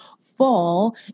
fall